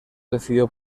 decidió